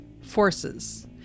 forces